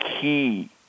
key